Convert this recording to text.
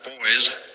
boys